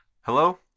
Hello